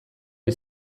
hil